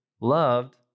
loved